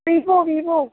Vivo Vivo